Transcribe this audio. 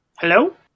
Hello